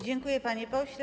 Dziękuję, panie pośle.